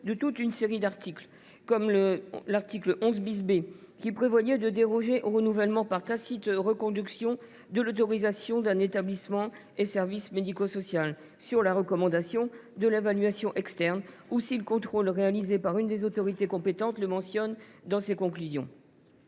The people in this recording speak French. de toute une série d’articles comme le 11 B, qui prévoyait de déroger au renouvellement par tacite reconduction de l’autorisation d’un ESSMS sur la recommandation de l’évaluation externe ou si le contrôle réalisé par une des autorités compétentes le mentionne dans ses conclusions.